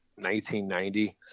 1990